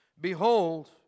behold